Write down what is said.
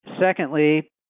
Secondly